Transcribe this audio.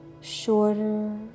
shorter